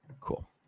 Cool